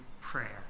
prayer